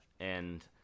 And-